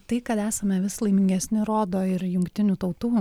tai kad esame vis laimingesni rodo ir jungtinių tautų